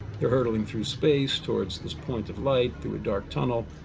they're hurdling through space, towards this point of light through a dark tunnel,